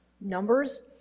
numbers